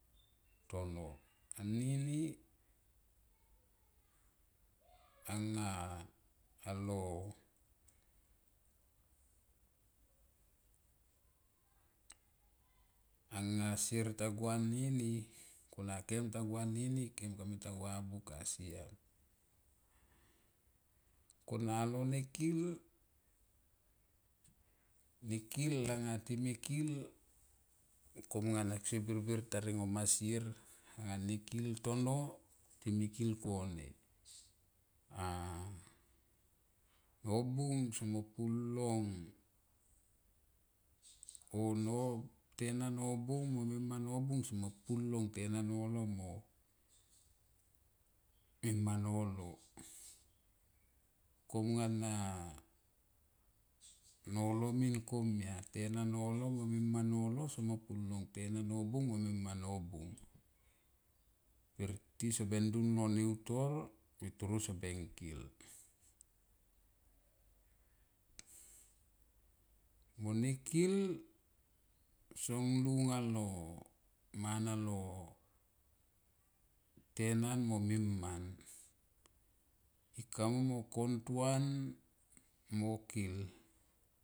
Tono anini anga alo anga sier ta guga nini kona kem ta gua nini kem ta gua buka siam kona alo ne kil anga time kil kom nana sier birbir ta nngoma sier anga ne kil tono time kil kone a nobung somo pun long o tena nobung mo mima nobung somo pun long tena lolo mo mima nolo kom ngana nola min komia tena nolo mo mima nolo somo pun long tena nobung mo mina nobung. Per ti seben dun mlo neu tor pe toro soben kil. Mo ne kil son lunga lo mana lo tenan mo miman ika mai mo kon tua mo kill.